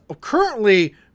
currently